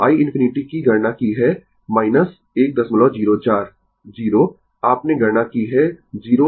तो i ∞ की गणना की है 104 I 0 आपने गणना की है 02